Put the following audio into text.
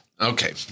Okay